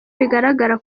bigaragara